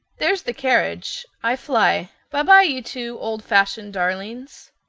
there's the carriage. i fly bi-bi, you two old-fashioned darlings.